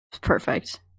Perfect